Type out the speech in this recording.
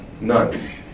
None